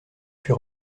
suis